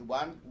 one